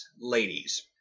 ladies